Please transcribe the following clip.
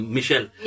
Michelle